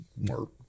more